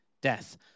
Death